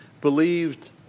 believed